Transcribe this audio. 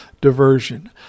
Diversion